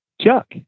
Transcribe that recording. Chuck